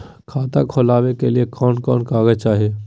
खाता खोलाबे के लिए कौन कौन कागज चाही?